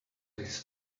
his